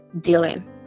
dealing